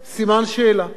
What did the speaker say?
לצער כולנו,